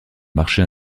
marché